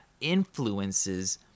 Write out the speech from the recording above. influences